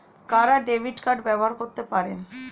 কারা debit card ব্যবহার করতে পারেন?